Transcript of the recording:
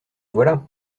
voilà